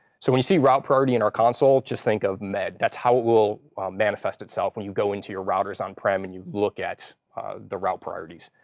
so when you see route priority in our console, just think of med. that's how it will manifest itself when you go into your routers on-prem, and you look at the route priorities.